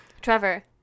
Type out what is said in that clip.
Trevor